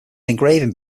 engraving